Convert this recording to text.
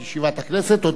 בבקשה.